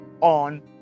on